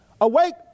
awake